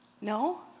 No